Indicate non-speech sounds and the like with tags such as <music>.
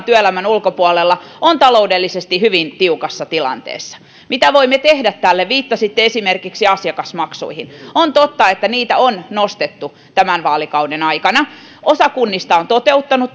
<unintelligible> työelämän ulkopuolella on taloudellisesti hyvin tiukassa tilanteessa mitä voimme tehdä tälle viittasitte esimerkiksi asiakasmaksuihin on totta että niitä on nostettu tämän vaalikauden aikana osa kunnista on toteuttanut <unintelligible>